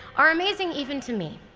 are amazing even to me.